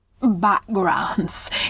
Backgrounds